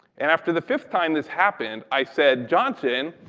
after the fifth time this happened, i said, johnson,